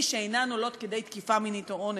שאינן עולות כדי תקיפה מינית או אונס,